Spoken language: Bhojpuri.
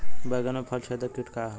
बैंगन में फल छेदक किट का ह?